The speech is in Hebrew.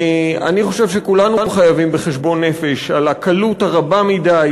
אני חושב שכולנו חייבים בחשבון-נפש על הקלות הרבה מדי,